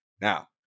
Now